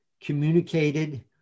communicated